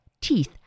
Teeth